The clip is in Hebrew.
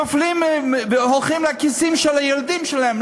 נופלים והולכים לכיסים של הילדים שלהם.